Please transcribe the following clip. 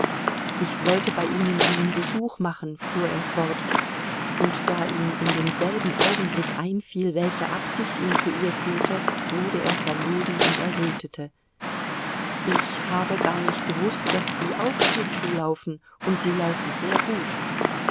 ich wollte bei ihnen einen besuch machen fuhr er fort und da ihm in demselben augenblick einfiel welche absicht ihn zu ihr führte wurde er verlegen und errötete ich habe gar nicht gewußt daß sie auch schlittschuh laufen und sie laufen sehr gut